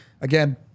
Again